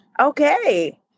Okay